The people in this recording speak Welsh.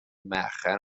mercher